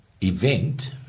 event